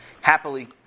happily